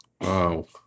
Wow